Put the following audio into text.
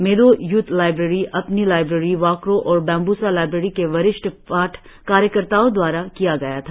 मेदो youth library अपनी library वाकरो और बामबूसा लाईब्रेरी के वरिष्ठ पाठ कार्यकर्ताओं द्वारा किया गया था